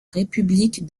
république